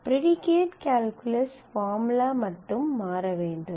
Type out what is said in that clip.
predicate calculus formula மட்டும் மாற வேண்டும்